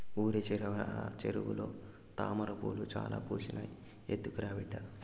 ఊరి చివర చెరువులో తామ్రపూలు చాలా పూసినాయి, ఎత్తకరా బిడ్డా